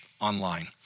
online